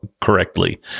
correctly